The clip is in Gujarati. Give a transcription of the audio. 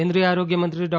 કેન્દ્રિય આરોગ્ય મંત્રી ડૉ